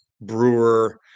brewer